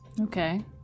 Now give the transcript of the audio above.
Okay